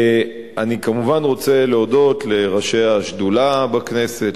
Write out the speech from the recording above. אני כמובן רוצה להודות לראשי השדולה בכנסת,